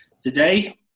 Today